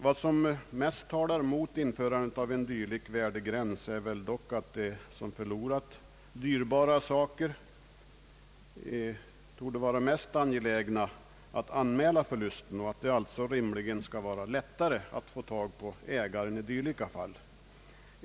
Vad som mest talar emot införandet av en värdegräns är väl dock att de som har förlorat dyrbara saker torde vara mest angelägna att anmäla förlusterna. Det bör rimligen vara lättare att få tag på ägaren i dylika fall.